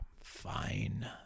fine